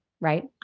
Right